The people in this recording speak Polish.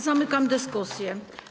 Zamykam dyskusję.